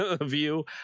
view